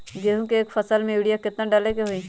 गेंहू के एक फसल में यूरिया केतना डाले के होई?